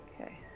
Okay